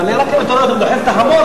אבל אם אתה רואה אותו דוחף את החמור,